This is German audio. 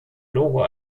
logo